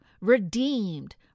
redeemed